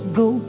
go